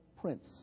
prince